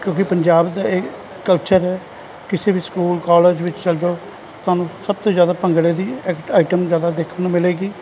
ਕਿਉਂਕਿ ਪੰਜਾਬ ਦਾ ਇਹ ਕਲਚਰ ਕਿਸੇ ਵੀ ਸਕੂਲ ਕਾਲਜ ਵਿੱਚ ਚਲਜੋ ਤੁਹਾਨੂੰ ਸਭ ਤੋਂ ਜਿਆਦਾ ਭੰਗੜੇ ਦੀ ਆਈਟਮ ਜਿਆਦਾ ਦੇਖਣ ਨੂੰ ਮਿਲੇਗੀ